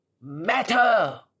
matter